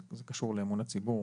זה קשור לאמון הציבור.